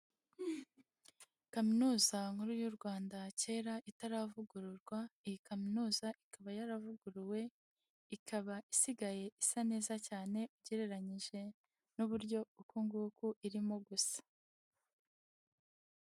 Kaminuza nkuru y'u Rwanda cyera itaravugururwa, iyi kaminuza ikaba yaravuguruwe, ikaba isigaye isa neza cyane ugereranyije n'uburyo uku nguku irimo gusa.